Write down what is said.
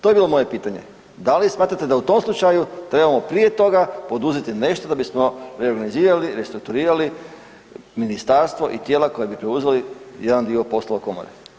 To je bilo moje pitanje, da li smatrate da u tom slučaju trebamo prije toga poduzeti nešto da bismo reorganizirali, restrukturirali ministarstvo i tijela koja bi preuzeli jedan dio poslova komore.